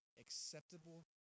acceptable